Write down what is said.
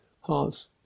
Heart's